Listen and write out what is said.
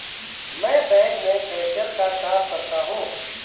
मैं बैंक में कैशियर का काम करता हूं